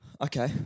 Okay